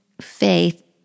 faith